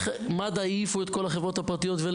איך מד"א העיפו את כל החברות הפרטיות?